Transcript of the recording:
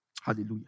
hallelujah